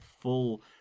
full